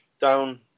down